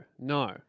no